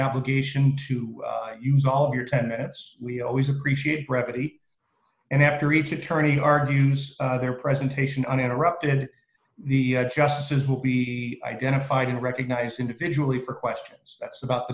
obligation to use all of your ten minutes we always appreciate brevity and after each attorney argues their presentation uninterrupted the justices will be identified and recognized individually for questions that's about the